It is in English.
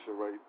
right